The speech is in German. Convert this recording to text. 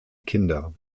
kinder